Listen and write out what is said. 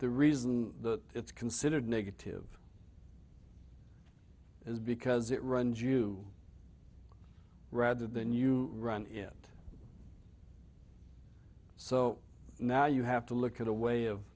the reason that it's considered negative is because it runs you rather than you run in it so now you have to look at a way of